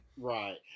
Right